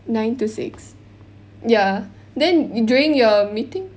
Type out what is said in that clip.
nine to six ya then during your meeting